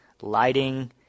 lighting